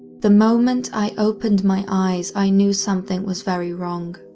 the moment i opened my eyes i knew something was very wrong.